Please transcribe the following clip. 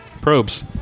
probes